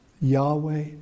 Yahweh